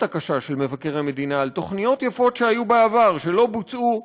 הקשה של מבקר המדינה על תוכניות יפות שהיו בעבר ולא בוצעו,